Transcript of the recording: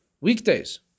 weekdays